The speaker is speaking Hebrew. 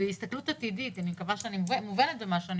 בהסתכלות עתידית אני מקווה שהדברים שלי מובנים עם